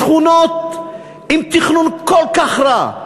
שכונות עם תכנון כל כך רע.